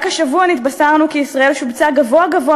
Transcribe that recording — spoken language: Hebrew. רק השבוע נתבשרנו כי ישראל שובצה גבוה גבוה